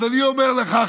אז אני אומר לך,